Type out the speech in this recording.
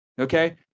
Okay